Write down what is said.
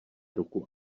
ruku